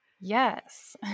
Yes